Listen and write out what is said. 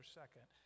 second